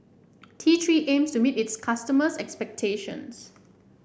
T Three aims to meet its customers' expectations